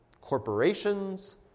corporations